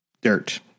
dirt